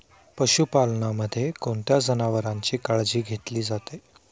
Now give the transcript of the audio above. पशुपालनामध्ये कोणत्या जनावरांची काळजी घेतली जाते?